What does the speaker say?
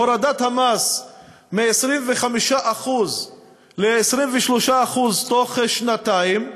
והורדת המס מ-25% ל-23% בתוך שנתיים,